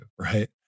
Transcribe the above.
right